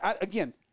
again